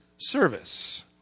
service